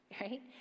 Right